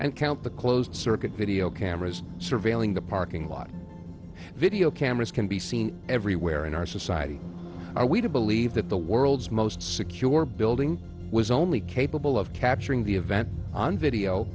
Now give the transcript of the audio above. and count the closed circuit video cameras surveiling the parking lot video cameras can be seen everywhere in our society are we to believe that the world's most secure building was only capable of capturing the event on video